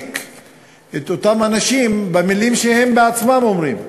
להחזיק את אותם אנשים במילים שהם בעצמם אומרים.